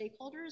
stakeholders